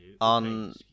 on